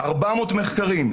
400 מחקרים.